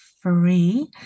free